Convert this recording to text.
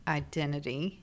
identity